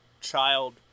child